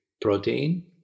protein